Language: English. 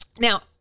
Now